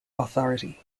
authority